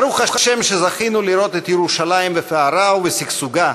ברוך השם שזכינו לראות את ירושלים בפארה ובשגשוגה,